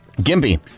Gimby